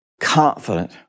confident